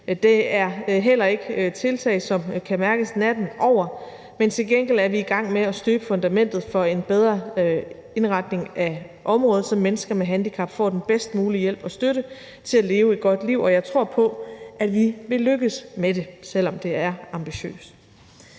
Det er heller ikke tiltag, som kan mærkes natten over, men til gengæld er vi i gang med at støbe fundamentet for en bedre indretning af området, så mennesker med handicap får den bedst mulige hjælp og støtte til at leve et godt liv, og jeg tror på, at vi vil lykkes med det, selv om det er ambitiøst.